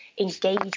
engage